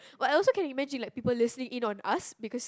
but I also can imagine like people listening in on us because